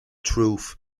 truth